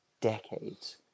decades